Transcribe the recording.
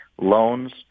loans